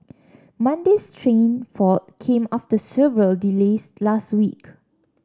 Monday's train fault came after several delays last week